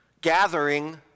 Gathering